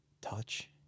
touch